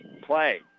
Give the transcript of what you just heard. play